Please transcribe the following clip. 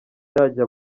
yajya